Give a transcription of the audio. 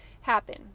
happen